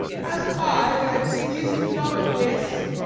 hast eyes, and seest not this?